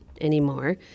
anymore